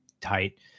tight